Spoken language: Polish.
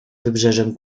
wybrzeżem